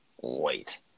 wait